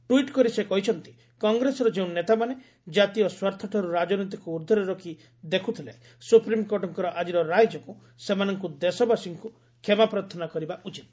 tweet କରି ସେ କହିଛନ୍ତି କଂଗ୍ରେସର ଯେଉଁ ନେତାମାନେ ଜାତୀୟ ସ୍ୱାର୍ଥଠାରୁ ରାଜନୀତିକୁ ଊର୍ଦ୍ଧ୍ୱରେ ରଖି ଦେଖୁଥିଲେ ସୁପ୍ରିମ୍କୋର୍ଟଙ୍କର ଆଜିର ରାୟ ଯୋଗୁଁ ସେମାନଙ୍କୁ ଦେଶବାସୀଙ୍କୁ କ୍ଷମା ପ୍ରାର୍ଥନା କରିବା ଉଚିତ୍